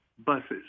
buses